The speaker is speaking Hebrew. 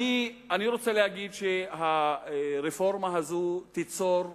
אני רוצה להגיד שהרפורמה הזאת תיצור כאוס,